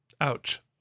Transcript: Ouch